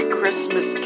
Christmas